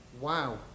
Wow